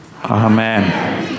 Amen